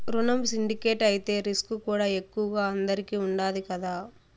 రునం సిండికేట్ అయితే రిస్కుకూడా ఎక్కువగా అందరికీ ఉండాది కదా